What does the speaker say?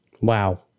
Wow